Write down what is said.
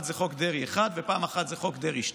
זה חוק דרעי 1 ופעם אחת זה חוק דרעי 2,